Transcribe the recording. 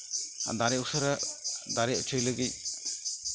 ᱫᱟᱨᱮ ᱩᱥᱟᱹᱨᱟ ᱫᱟᱨᱮ ᱦᱚᱪᱚᱭ ᱞᱟᱹᱜᱤᱫ